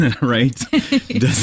right